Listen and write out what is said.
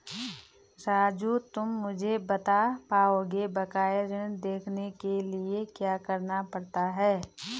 राजू तुम मुझे बता पाओगे बकाया ऋण देखने के लिए क्या करना पड़ता है?